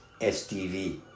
STV